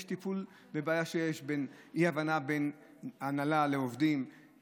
יש טיפול בבעיה כשיש אי-הבנה בין ההנהלה לעובדים,